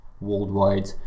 worldwide